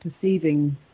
perceiving